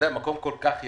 מקום כל כך יפה,